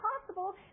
possible